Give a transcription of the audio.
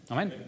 Amen